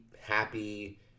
happy